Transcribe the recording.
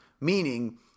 meaning